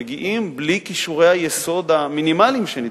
מגיעים בלי כישורי היסוד המינימליים שנדרשים.